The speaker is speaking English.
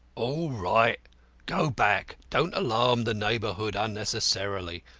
all right go back. don't alarm the neighbourhood unnecessarily.